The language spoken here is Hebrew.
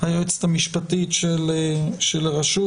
היועצת המשפטית של הרשות.